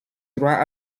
droits